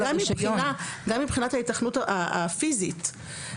גם מבחינת ההיתכנות הפיזית,